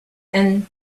and